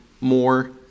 more